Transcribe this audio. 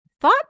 thought